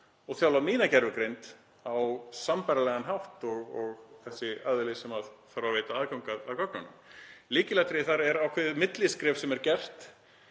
og þjálfað mína gervigreind á sambærilegan hátt og þessi aðili sem þarf að veita aðgang að gögnunum. Lykilatriðið þar er ákveðið milliskref sem er